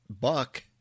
buck